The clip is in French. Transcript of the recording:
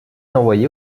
envoyer